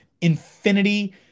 infinity